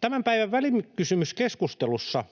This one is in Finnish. Tämän päivän välikysymyskeskustelussa